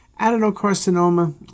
Adenocarcinoma